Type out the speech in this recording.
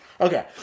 Okay